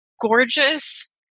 gorgeous